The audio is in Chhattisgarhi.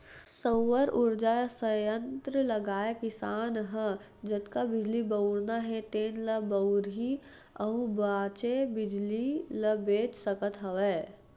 सउर उरजा संयत्र लगाए किसान ह जतका बिजली बउरना हे तेन ल बउरही अउ बाचे बिजली ल बेच सकत हवय